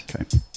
Okay